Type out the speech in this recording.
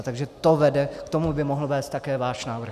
Takže to vede, k tomu by mohl vést také váš návrh.